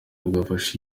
bwafasha